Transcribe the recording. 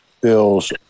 bills